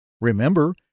Remember